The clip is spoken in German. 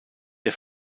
der